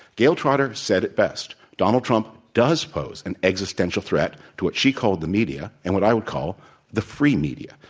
gayle trotter said it best. donald trump does pose an existential threat to what she called the media, and what i would call the free media.